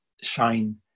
shine